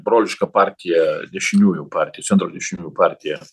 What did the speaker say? broliška partija dešiniųjų partija centro dešiniųjų partija